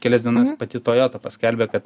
kelias dienas pati toyota paskelbė kad